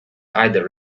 either